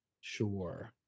Sure